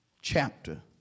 chapter